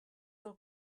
del